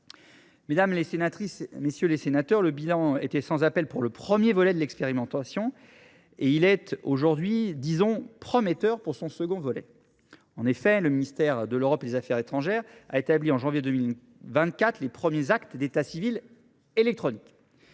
l’administration que pour les usagers. Le bilan était sans appel pour le premier volet de l’expérimentation ; il est aujourd’hui prometteur pour son second volet. En effet, le ministère de l’Europe et des affaires étrangères a établi en janvier 2024 les premiers actes d’état civil électroniques.